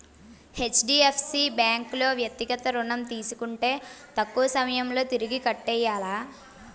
HDFC bank లో వ్యక్తిగత ఋణం తీసుకుంటే తక్కువ సమయంలో తిరిగి కట్టియ్యాల